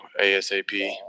ASAP